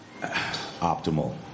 optimal